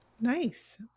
Nice